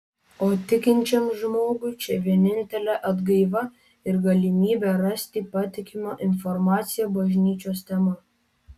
o tikinčiam žmogui čia vienintelė atgaiva ir galimybė rasti patikimą informaciją bažnyčios tema